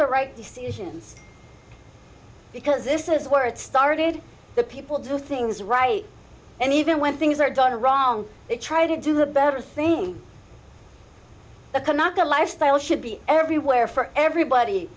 the right decisions because this is where it started the people do things right and even when things are done wrong they try to do a better thing that cannot be a lifestyle should be everywhere for everybody